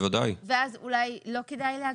ואז אולי לא כדאי להגביל?